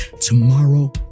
tomorrow